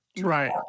Right